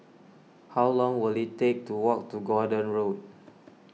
how long will it take to walk to Gordon Road